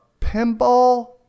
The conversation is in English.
pinball